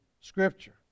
Scripture